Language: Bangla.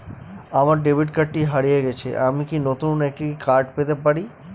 আমার ডেবিট কার্ডটি হারিয়ে গেছে আমি কি নতুন একটি কার্ড পেতে পারি?